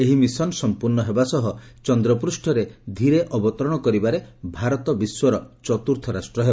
ଏହି ମିଶନ ସଂପ୍ରର୍ଷ୍ଡ ହେବା ସହ ଚନ୍ଦ୍ରପୂଷ୍ଡରେ ଧୀରେ ଅବତରଣ କରିବାରେ ଭାରତ ବିଶ୍ୱର ଚତୁର୍ଥ ରାଷ୍ଟ୍ର ହେବ